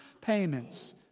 payments